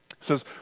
says